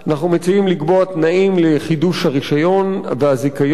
אנחנו מציעים לקבוע תנאים לחידוש הרשיון והזיכיון,